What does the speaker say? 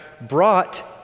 brought